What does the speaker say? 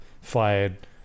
fired